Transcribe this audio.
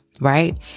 right